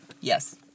yes